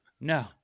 No